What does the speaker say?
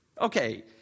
Okay